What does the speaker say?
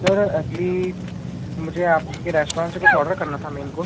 sir असली मुझे आपके रेस्टोरेंट से कुछ ओडर करना था मेन कोर्स